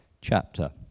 chapter